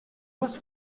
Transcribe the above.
was